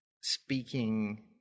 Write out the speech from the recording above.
speaking